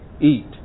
eat